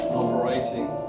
operating